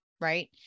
Right